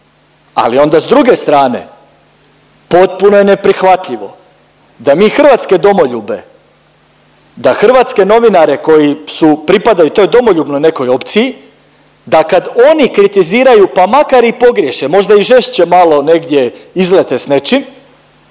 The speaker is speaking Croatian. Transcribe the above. ali onda s druge strane potpuno je neprihvatljivo da mi hrvatske domoljube, da hrvatske novinare koji su pripadaju toj domoljubnoj nekoj opciji da kad oni kritiziraju pa makar i pogriješe, možda i žešće malo negdje izlete s nečim